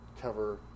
cover